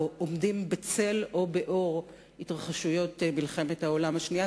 עומדים בצל או באור ההתרחשויות של מלחמת העולם השנייה.